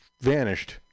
vanished